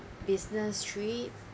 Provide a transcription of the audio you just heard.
business trip